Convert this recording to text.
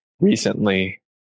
recently